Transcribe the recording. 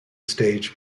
stage